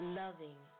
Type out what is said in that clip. loving